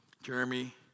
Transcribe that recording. Jeremy